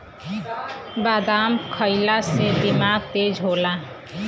बादाम खइला से दिमाग तेज होला